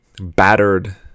battered